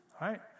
right